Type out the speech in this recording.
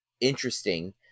interesting